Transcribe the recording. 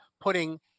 putting